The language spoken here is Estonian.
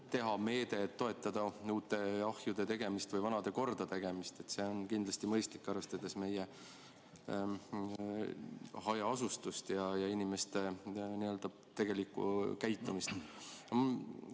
teha meede toetamaks uute ahjude tegemist või vanade kordategemist. See on kindlasti mõistlik, arvestades meie hajaasustust ja inimeste tegelikku käitumist.